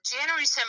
January